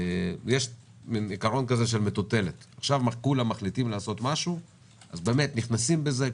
יש עיקרון של מטוטלת: כולם מחליטים לעשות משהו אז באמת נכנסים בזה,